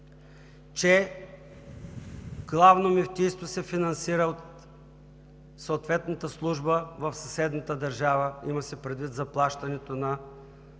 че Главното мюфтийство се финансира от съответната служба в съседната държава – има се предвид заплащането на